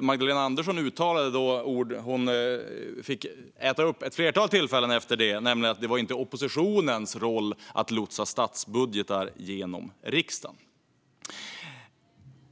Magdalena Andersson uttalade då ord som hon vid ett flertal tillfällen efter det har fått äta upp. Hon sa att det inte var oppositionens roll att lotsa statsbudgetar genom riksdagen.